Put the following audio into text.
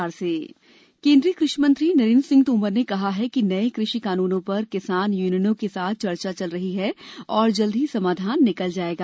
कृषि कानून केंद्रीय कृषि मंत्री नरेंद्र सिंह तोमर ने कहा है कि नए कृषि कानूनों पर किसान यूनियनों के साथ चर्चा चल रही है और जल्द ही समाधान निकल जाएगा